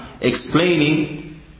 explaining